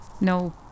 No